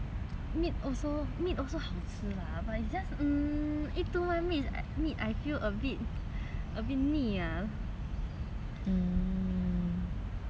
but it's just eat too much meat meat then I feel a bit 腻 ah